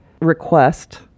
request